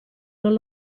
non